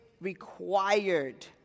required